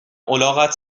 الاغت